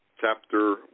chapter